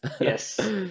Yes